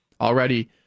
already